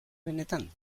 benetan